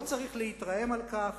לא צריך להתרעם על כך.